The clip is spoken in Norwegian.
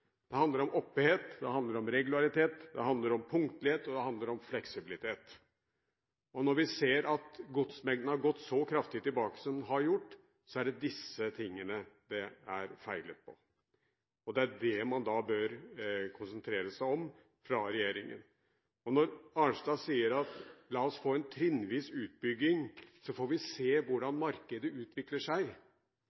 Det handler om «oppehet», det handler om regularitet, det handler om punktlighet, og det handler om fleksibilitet. Når vi ser at godsmengden har gått så kraftig tilbake som den har gjort, er det disse tingene det er feilet på. Det er det man da bør konsentrere seg om fra regjeringen. Når statsråd Arnstad sier at la oss få en trinnvis utbygging, så får vi se hvordan